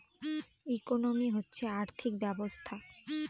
economy হচ্ছে আর্থিক ব্যবস্থা